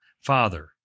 Father